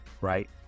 right